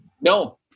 no